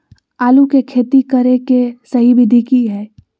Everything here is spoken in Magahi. आलू के खेती करें के सही विधि की हय?